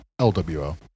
LWO